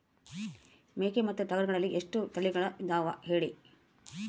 ಮೇಕೆ ಮತ್ತು ಟಗರುಗಳಲ್ಲಿ ಎಷ್ಟು ತಳಿಗಳು ಇದಾವ ಹೇಳಿ?